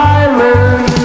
island